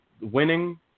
winning